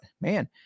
Man